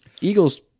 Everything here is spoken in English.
Eagles